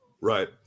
Right